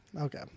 Okay